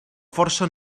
força